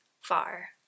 far